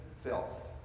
filth